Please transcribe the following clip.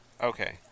okay